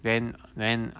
then then